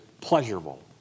pleasurable